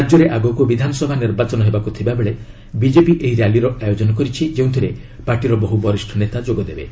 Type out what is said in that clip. ରାଜ୍ୟରେ ଆଗକୁ ବିଧାନସଭା ନିର୍ବାଚନ ହେବାକୁ ଥିବାବେଳେ ବିଜେପି ଏହି ର୍ୟାଲିର ଆୟୋଜନ କରିଛି ଯେଉଁଥିରେ ପାର୍ଟିର ବହୁ ବରିଷ୍ଠ ନେତା ଯୋଗଦେବେ